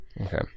okay